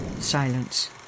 Silence